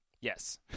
Yes